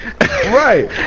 right